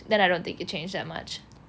then I don't think you changed that much